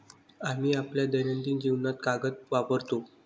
आम्ही आपल्या दैनंदिन जीवनात कागद वापरतो